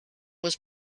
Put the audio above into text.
was